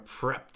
prepped